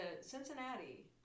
Cincinnati